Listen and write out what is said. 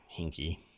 hinky